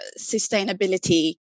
sustainability